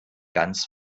ganz